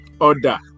order